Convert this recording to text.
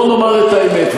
בוא נאמר את האמת,